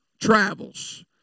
travels